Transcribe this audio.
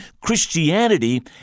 Christianity